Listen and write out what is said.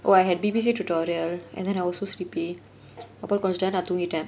well I had B_B_C tutorial and then I was so sleepy அப்புறம் கொஞ்ச நேரம் நான் தூங்கிட்டேன்:appuram konja neram naan thoongittaen